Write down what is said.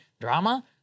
drama